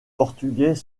portugais